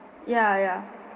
ya ya